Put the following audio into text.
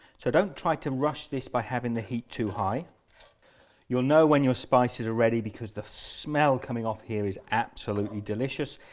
so don't try to rush this by having the heat too high you'll know when your spices are ready because the smell coming off here is absolutely delicious.